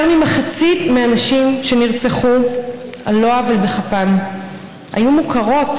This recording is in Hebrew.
יותר ממחצית מהנשים שנרצחו על לא עוול בכפן היו מוכרות,